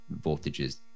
voltages